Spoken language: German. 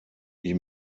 ich